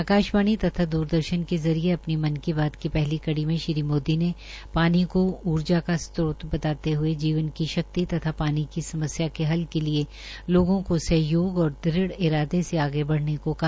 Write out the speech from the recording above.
आकाशवाणी तथा दूरदर्शन के जीरिये अपनी मन की बात की पहली कड़ी में श्री मोदी ने पानी की ऊर्जा का स्त्रोत बताते हये जीवन की शक्ति तथा पानी की समस्या के हल के लिये लोगों को सहयोग और दृढ़ इरादे को कहा